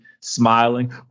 smiling